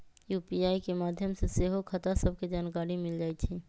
UPI के माध्यम से सेहो खता सभके जानकारी मिल जाइ छइ